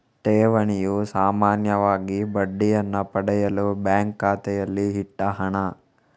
ಠೇವಣಿಯು ಸಾಮಾನ್ಯವಾಗಿ ಬಡ್ಡಿಯನ್ನ ಪಡೆಯಲು ಬ್ಯಾಂಕು ಖಾತೆಯಲ್ಲಿ ಇಟ್ಟ ಹಣ